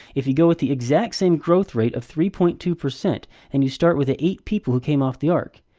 if you go with the exact same growth rate of three point two, and you start with the eight people who came off the ark,